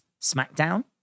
SmackDown